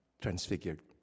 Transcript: transfigured